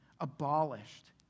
abolished